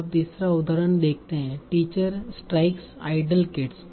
अब तीसरा उदाहरण देखते है टीचर स्ट्राइक्स आइडल किड्स